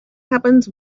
happens